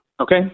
Okay